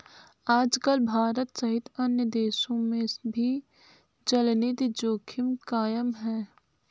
आजकल भारत सहित अन्य देशों में भी चलनिधि जोखिम कायम है